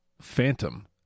Phantom